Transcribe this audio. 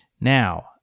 Now